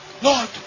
Lord